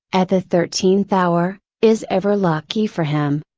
at the thirteenth hour, is ever lucky for him!